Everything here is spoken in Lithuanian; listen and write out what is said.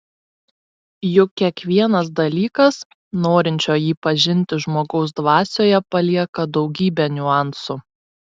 juk kiekvienas dalykas norinčio jį pažinti žmogaus dvasioje palieka daugybę niuansų